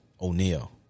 O'Neal